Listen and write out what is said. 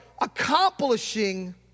accomplishing